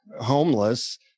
homeless